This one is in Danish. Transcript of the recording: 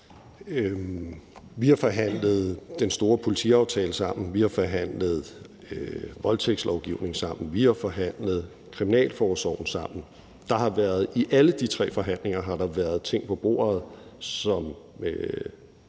Vi har forhandlet den store politiaftale sammen. Vi har forhandlet voldtægtslovgivning sammen. Vi har forhandlet kriminalforsorgen sammen. Der har i alle de tre forhandlinger været ting på bordet, som